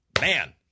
Man